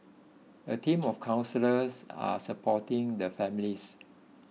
a team of counsellors are supporting the families